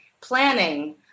planning